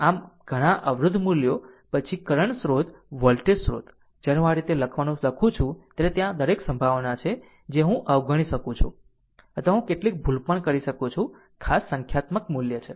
આમ ઘણાં અવરોધ મૂલ્યો પછી કરંટ સ્રોત વોલ્ટેજ સ્ત્રોત જ્યારે હું આ રીતે લખવાનું લખું છું ત્યારે ત્યાં દરેક સંભાવના છે જે હું અવગણી શકું છું અથવા હું કેટલીક ભૂલ પણ કરી શકું છું ખાસ સંખ્યાત્મક મૂલ્ય છે